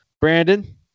Brandon